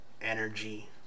energy